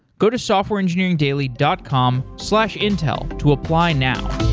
go to softwareengineeringdaily dot com slash intel to apply now.